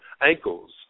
ankles